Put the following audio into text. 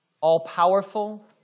all-powerful